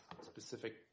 specific